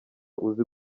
uzi